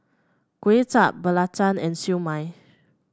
Kway Chap belacan and Siew Mai